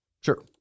sure